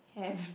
have